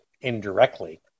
indirectly